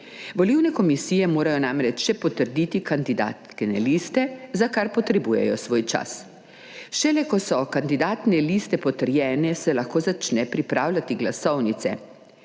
Volilne komisije morajo namreč še potrditi kandidatne liste, za kar potrebujejo svoj čas. Šele ko so kandidatne liste potrjene se lahko začne pripravljati glasovnice.